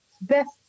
best